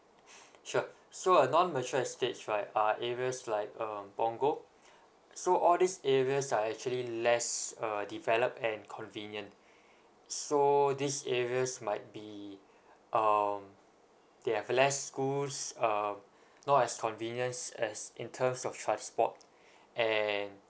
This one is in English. sure so a non mature estate right are areas like um punggol so all these areas are actually less uh developed and convenient so these areas might be um they have less schools uh not as convenience as in terms of transport and